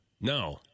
No